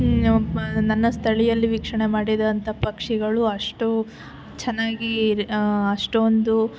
ನನ್ನ ಸ್ಥಳೀಯಲ್ಲಿ ವೀಕ್ಷಣೆ ಮಾಡಿದಂಥ ಪಕ್ಷಿಗಳು ಅಷ್ಟು ಚೆನ್ನಾಗಿ ಅಷ್ಟೊಂದು